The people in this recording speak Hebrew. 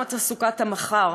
ועולם תעסוקת המחר,